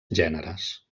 gèneres